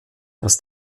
dass